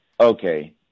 okay